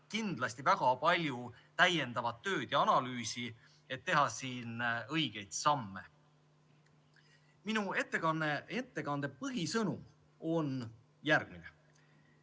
kindlasti väga palju täiendavat tööd ja analüüsi, et teha õigeid samme. Minu ettekande põhisõnum on järgmine.